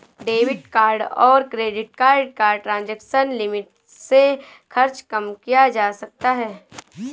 debit card और credit card का transaction limit से खर्च कम किया जा सकता है